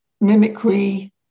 mimicry